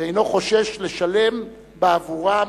ואינו חושש לשלם בעבורם